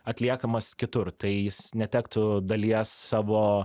atliekamas kitur tai jis netektų dalies savo